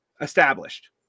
Established